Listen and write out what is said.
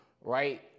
right